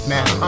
Now